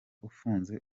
ufunze